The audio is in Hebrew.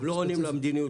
זה הדיון.